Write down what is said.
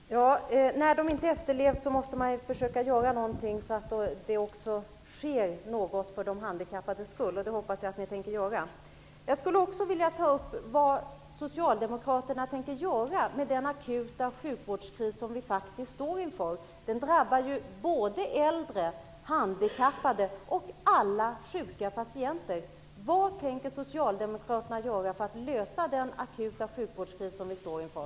Herr talman! När de inte efterlevs måste man ju försöka göra något. Det måste ske något för de handikappades skull. Jag hoppas att ni tänker göra det. Jag skulle också vilja veta vad socialdemokraterna tänker göra med den akuta sjukvårdskris som vi faktiskt står inför. Den drabbar ju såväl äldre och handikappade som alla sjuka patienter. Vad tänker socialdemokraterna göra för att lösa den akuta sjukvårdskris som vi står inför?